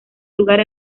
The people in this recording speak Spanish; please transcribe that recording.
lugar